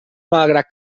malgrat